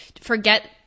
Forget